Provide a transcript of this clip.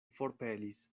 forpelis